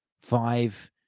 five